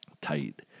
tight